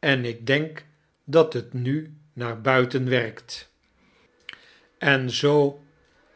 en ik denk dat het nu naar buiten werkt en zoo